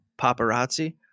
paparazzi